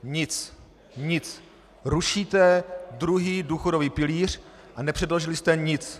Nic, nic. Rušíte druhý důchodový pilíř a nepředložili jste nic.